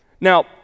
Now